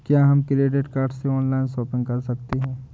क्या हम credit card से ऑनलाइन शॉपिंग कर सकते हैं?